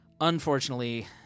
unfortunately